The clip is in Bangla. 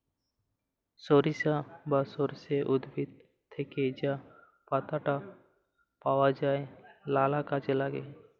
সরিষা বা সর্ষে উদ্ভিদ থ্যাকে যা পাতাট পাওয়া যায় লালা কাজে ল্যাগে